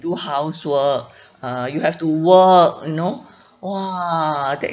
do housework uh you have to work you know !wah! that